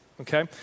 okay